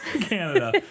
Canada